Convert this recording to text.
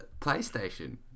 playstation